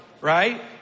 Right